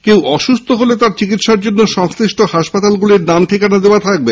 কেউ অসুস্হ হলে তার চিকিত্সার জন্য সংশ্লিষ্ট হাসপাতালগুলির নাম ঠিকানা দেওয়া থাকবে